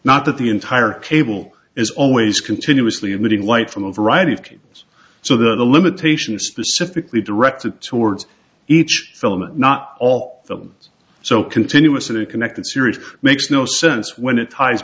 not that the entire table is always continuously emitting light from a variety of things so that the limitation specifically directed towards each filament not all the so continuously connected series makes no sense when it ties